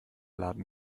laden